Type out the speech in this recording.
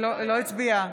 לא, אבל היא לא מפסיקה.